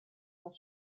der